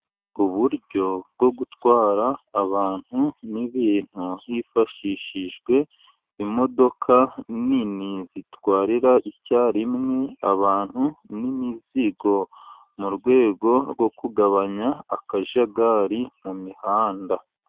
Uburyo bwo gutwara abantu n'ibintu, hifashishijwe imodoka nini zitwarira icyarimwe abantu n'imizigo, mu rwego rwo kugabanya akajagari mu mihanda.